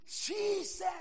Jesus